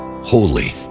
holy